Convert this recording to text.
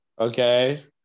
Okay